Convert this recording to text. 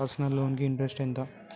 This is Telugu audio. పర్సనల్ లోన్ కి ఇంట్రెస్ట్ ఎంత?